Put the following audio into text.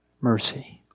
mercy